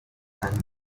and